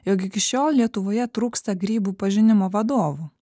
jog iki šiol lietuvoje trūksta grybų pažinimo vadovų